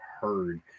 heard